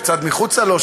וקצת מחוץ לו,